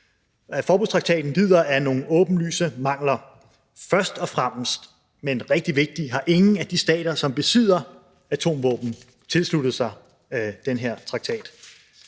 Forbudstraktaten lider af nogle åbenlyse mangler. Først og fremmest, men rigtig vigtigt, har ingen af de stater, som besidder atomvåben, tilsluttet sig den her traktat.